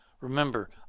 Remember